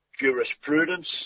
jurisprudence